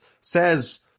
says